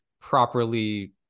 properly